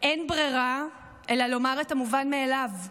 אין ברירה אלא לומר את המובן מאליו: